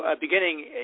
beginning